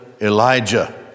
Elijah